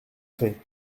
fait